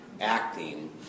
acting